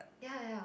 ya ya